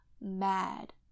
mad